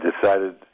decided